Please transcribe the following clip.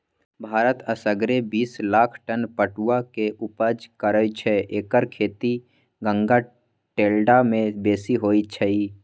भारत असगरे बिस लाख टन पटुआ के ऊपजा करै छै एकर खेती गंगा डेल्टा में बेशी होइ छइ